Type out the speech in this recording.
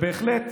שבהחלט